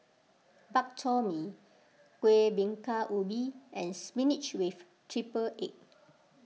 Bak Chor Mee Kueh Bingka Ubi and Spinach with Triple Egg